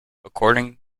according